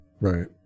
Right